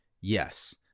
Yes